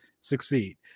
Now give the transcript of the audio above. succeed